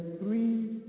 three